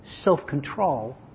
self-control